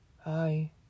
Hi